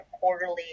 quarterly